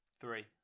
Three